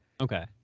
okay